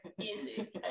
Easy